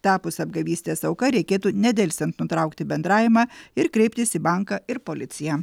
tapus apgavystės auka reikėtų nedelsiant nutraukti bendravimą ir kreiptis į banką ir policiją